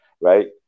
right